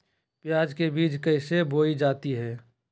प्याज के बीज कैसे बोई जाती हैं?